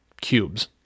cubes